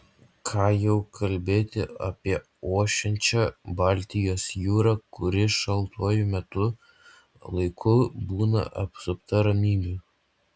ką jau kalbėti apie ošiančią baltijos jūrą kuri šaltuoju metų laiku būna apsupta ramybe